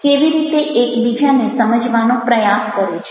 કેવી રીતે એકબીજાને સમજવાનો પ્રયાસ કરે છે